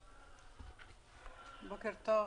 בוקר טוב,